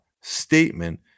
Statement